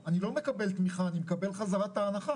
עם התקרות והרצפות המשותפות ואנחנו חושבים שיש תרומה נכבדה.